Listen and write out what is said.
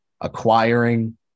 acquiring